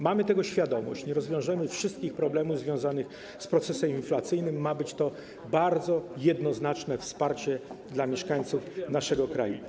Mamy tego świadomość, że nie rozwiążemy wszystkich problemów związanych z procesem inflacyjnym, ale ma to być bardzo jednoznaczne wsparcie dla mieszkańców naszego kraju.